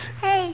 Hey